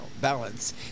balance